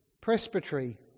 presbytery